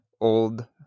old